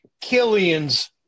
Killian's